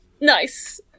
Nice